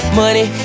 money